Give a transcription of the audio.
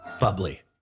Bubbly